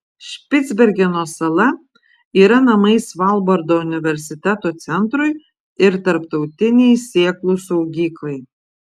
špicbergeno sala yra namai svalbardo universiteto centrui ir tarptautinei sėklų saugyklai